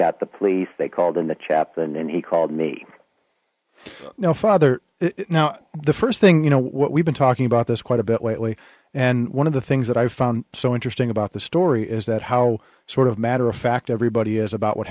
got the police they called in the chap and then he called me you know father now the first thing you know what we've been talking about this quite a bit lately and one of the things that i found so interesting about the story is that how sort of matter of fact everybody is about what